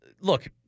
look